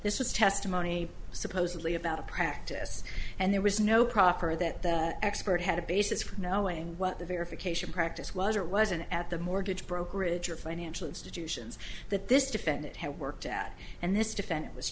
this was testimony supposedly about a practice and there was no proper that the expert had a basis for knowing what the verification practice was or wasn't at the mortgage brokerage or financial institutions that this defendant had worked at and this defendant was